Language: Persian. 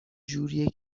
جوریه